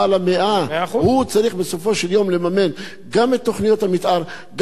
הוא צריך בסופו של דבר לממן גם את תוכניות המיתאר וגם את חיבורי החשמל,